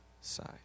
side